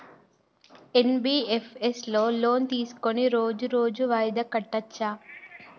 NBFS లో loan తీస్కొని రోజు రోజు వాయిదా కట్టచ్ఛా?